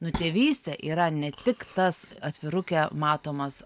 nu tėvystė yra ne tik tas atviruke matomas